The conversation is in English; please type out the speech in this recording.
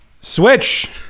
Switch